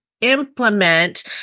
implement